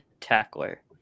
tackler